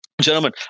gentlemen